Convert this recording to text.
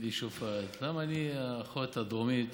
והיא שופעת, למה אני, האחות הדרומית,